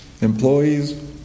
employees